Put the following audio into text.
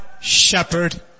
shepherd